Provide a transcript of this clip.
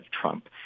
Trump